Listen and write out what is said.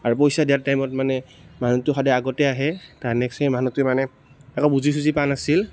আৰু পইচা দিয়াৰ টাইমত মানে মানুহটো সদায় আগতে আহে তাৰ নেক্সট সেই মানুহটোৱে মানে একো বুজি চুজি পোৱা নাছিল